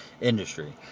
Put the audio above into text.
industry